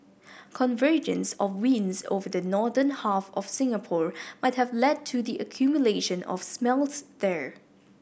convergence of winds over the northern half of Singapore might have led to the accumulation of smells there